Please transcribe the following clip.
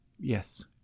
Yes